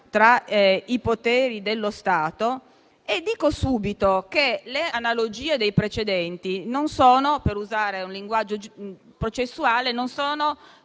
tra i poteri dello Stato. Dico subito che le analogie con i precedenti, per usare un linguaggio processuale, non sono